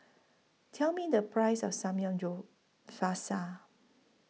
Tell Me The Price of Samgyeopsal